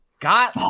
Got